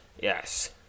Yes